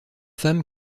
femme